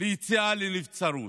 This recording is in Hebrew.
ליציאה לנבצרות,